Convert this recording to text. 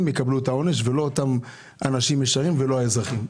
יקבלו את העונש ולא אנשים ישרים והאזרחים.